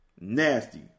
nasty